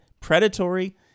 predatory